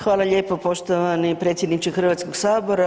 Hvala lijepo poštovani predsjedniče Hrvatskog sabora.